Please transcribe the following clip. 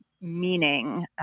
meaning